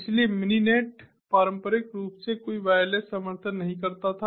इसलिए मिनिनेट पारंपरिक रूप से कोई वायरलेस समर्थन नहीं करता था